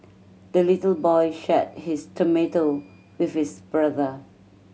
the little boy shared his tomato with his brother